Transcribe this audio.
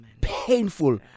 painful